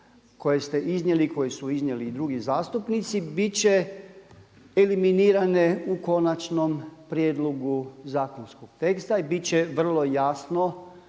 koje su iznijeli i drugi zastupnici biti će eliminirane u konačnom prijedlogu zakonskog teksta i biti će vrlo jasno